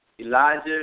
Elijah